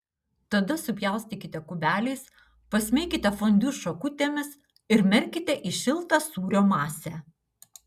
tada supjaustykite kubeliais pasmeikite fondiu šakutėmis ir merkite į šiltą sūrio masę